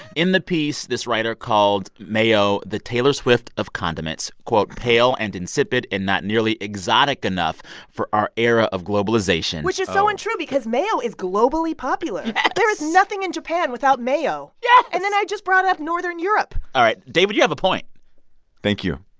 in the piece, this writer called mayo the taylor swift of condiments, quote, pale and insipid and not nearly exotic enough for our era of globalization. which is so untrue, because mayo is globally popular yes there is nothing in japan without mayo yes yeah and then i just brought up northern europe all right. david, you have a point thank you.